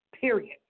period